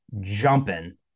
jumping